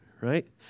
right